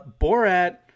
Borat